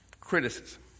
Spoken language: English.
Criticism